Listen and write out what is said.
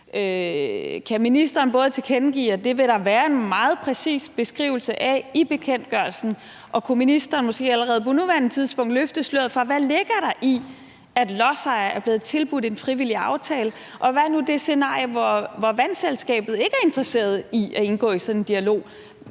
Kan ministeren både tilkendegive, at det vil der være en meget præcis beskrivelse af i bekendtgørelsen, og kunne ministeren måske allerede på nuværende tidspunkt løfte sløret for, hvad der ligger i, at lodsejere er blevet tilbudt en frivillig aftale? Hvad sker der i det scenarie, hvor vandselskabet ikke er interesseret i at indgå i sådan en dialog?